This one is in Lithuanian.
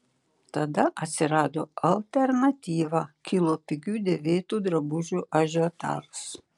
tada atsirado alternatyva kilo pigių dėvėtų drabužių ažiotažas